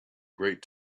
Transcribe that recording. great